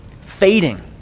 fading